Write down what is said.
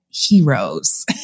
Heroes